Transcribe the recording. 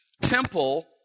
temple